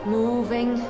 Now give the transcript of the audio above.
moving